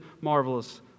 marvelous